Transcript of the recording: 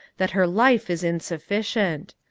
that her life is insufficient.